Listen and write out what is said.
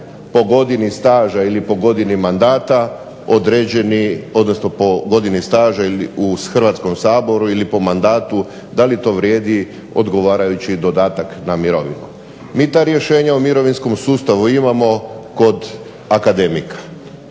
po godini staža ili po godini mandata određeni, odnosno po godini staža u Hrvatskom saboru ili po mandatu da li to vrijedi odgovarajući dodatak na mirovinu. Mi ta rješenja u mirovinskom sustavu imamo kod akademika.